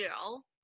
girl